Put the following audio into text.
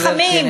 גברתי.